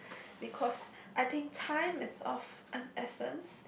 because I think time is of an essence